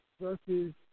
versus